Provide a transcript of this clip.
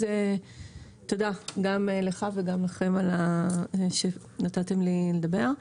תודה גם לך וגם לכם שנתתם לי לדבר.